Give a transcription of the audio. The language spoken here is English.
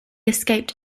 escaped